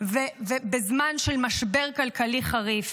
ובזמן משבר כלכלי חריף?